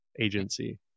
agency